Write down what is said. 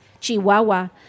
Chihuahua